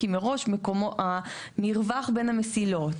כי מראש המרווח בין המסילות,